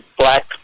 black